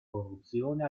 corruzione